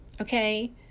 Okay